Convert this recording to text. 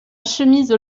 chemise